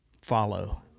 Follow